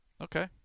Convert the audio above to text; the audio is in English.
Okay